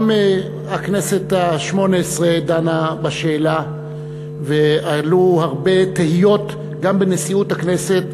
גם הכנסת השמונה-עשרה דנה בשאלה ועלו הרבה תהיות גם בנשיאות הכנסת,